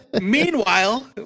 Meanwhile